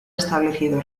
establecido